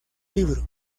libro